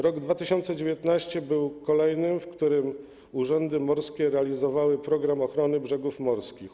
Rok 2019 był kolejnym, w którym urzędy morskie realizowały „Program ochrony brzegów morskich”